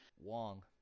wong